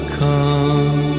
come